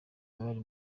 bari